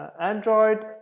Android